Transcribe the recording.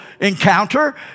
encounter